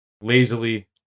lazily